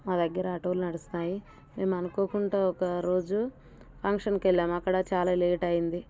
మా దగ్గర ఆటోలు నడుస్తాయి మేము అనుకోకుండాా ఒక రోజు ఫంక్షన్కి వెళ్ళాం అక్కడ చాలా లేట్ అయింది